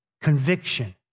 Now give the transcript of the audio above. Conviction